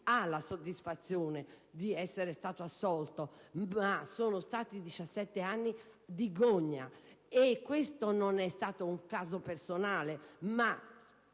sì, la soddisfazione di essere stato assolto, ma sono stati 17 anni di gogna. Il suo non è stato un caso personale, ma